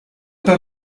pas